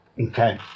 Okay